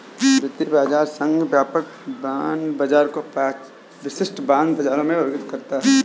वित्तीय बाजार संघ व्यापक बांड बाजार को पांच विशिष्ट बांड बाजारों में वर्गीकृत करता है